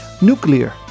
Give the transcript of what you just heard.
Nuclear